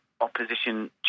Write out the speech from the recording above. opposition